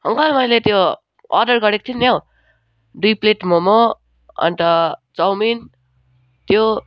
uncle मैले त्यो order गरेको थिएँ नि हौ दुई प्लेट मोमो अन्त चाउमिन त्यो